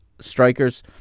strikers